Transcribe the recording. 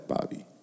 Bobby